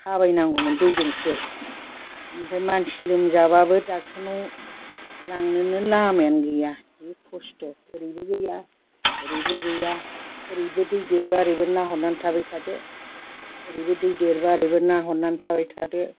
थाबाय नांगौमोन दैजोंसो ओमफ्राय मानसि लोमजाब्लाबो ड'क्टारनाव लांनोनो लामायानो गैया जि खस्थ' ओरैबो गैया ओरैबो गैया ओरैबो दै देरब्ला ओरैबो नाहरनानै थाबाय थादो ओरैबो दै देरब्ला ओरैबो नाहरनानै थाबाय थादो